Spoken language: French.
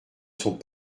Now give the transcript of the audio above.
sont